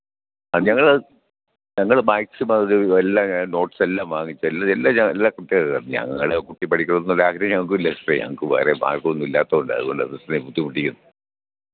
ആ ഞങ്ങളത് ഞങ്ങൾ മാക്സിമമൊരു എല്ലാം നോട്ട്സെല്ലാം വാങ്ങിച്ച് എല്ലാം ഞാൻ എല്ലാം കൃത്യമായിട്ട് എഴുതാം ഞങ്ങളെ കുട്ടി പഠിക്കണം എന്നുള്ള ആഗ്രഹം ഞങ്ങൾക്കുമില്ലേ സിസ്റ്ററേ ഞങ്ങൾക്ക് വേറെ മാർഗ്ഗമൊന്നുമില്ലാത്തോണ്ടാ അതുകൊണ്ടാണ് സിസ്റ്ററെ ബുദ്ധിമുട്ടിക്കുന്നത്